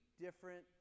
different